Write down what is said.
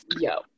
yo